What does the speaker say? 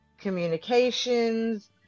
communications